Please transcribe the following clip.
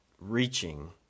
reaching